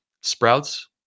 Sprouts